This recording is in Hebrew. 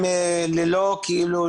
עיקול.